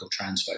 transphobic